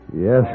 Yes